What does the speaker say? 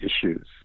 issues